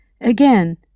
Again